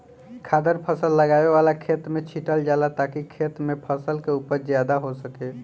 खादर फसल लगावे वाला खेत में छीटल जाला ताकि खेत में फसल के उपज ज्यादा हो सके